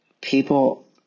people